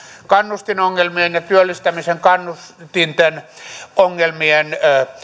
kannustinongelmien ja työllistämisen kannustinten ongelmien